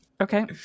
okay